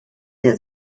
der